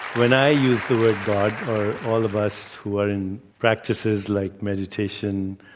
when i use the word god or all of us who are in practices like meditation,